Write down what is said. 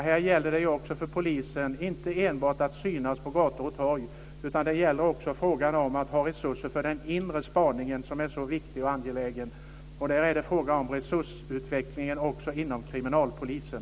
Det gäller för polisen inte enbart att synas på gator och torg utan också att ha resurser för den inre spaningen, som är så viktig och angelägen. Här är det också en fråga om resursutvecklingen inom kriminalpolisen.